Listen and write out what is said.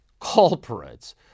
culprits